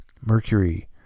Mercury